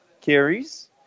carries